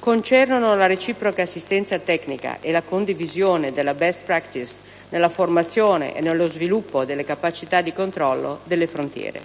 Concernono dunque la reciproca assistenza tecnica e la condivisione delle *best practice* nella formazione e nello sviluppo delle capacità di controllo delle frontiere.